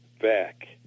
back